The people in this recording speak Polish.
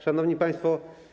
Szanowni Państwo!